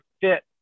fit